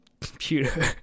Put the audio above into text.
computer